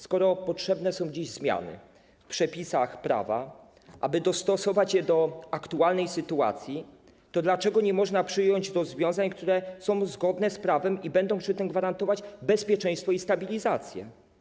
Skoro potrzebne są dziś zmiany w przepisach prawa, aby dostosować je do aktualnej sytuacji, to dlaczego nie można przyjąć rozwiązań, które są zgodne z prawem i będą przy tym gwarantować bezpieczeństwo i stabilizację?